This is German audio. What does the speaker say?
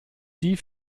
die